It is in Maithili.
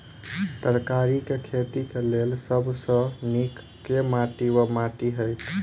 तरकारीक खेती केँ लेल सब सऽ नीक केँ माटि वा माटि हेतै?